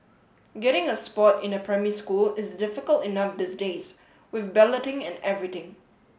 getting a spot in a primary school is difficult enough these days with balloting and everything